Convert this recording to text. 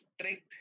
strict